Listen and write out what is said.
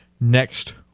next